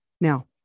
Now